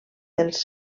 dels